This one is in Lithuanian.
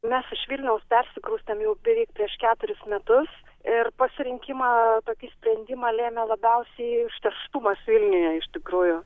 mes iš vilniaus persikraustėm jau beveik prieš keturis metus ir pasirinkimą tokį sprendimą lėmė labiausiai užterštumas vilniuje iš tikrųjų